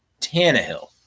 Tannehill